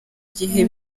gihe